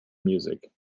music